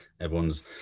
Everyone's